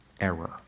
error